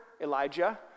Elijah